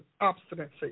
obstinacy